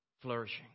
flourishing